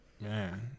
man